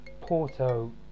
porto